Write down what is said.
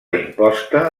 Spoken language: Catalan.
imposta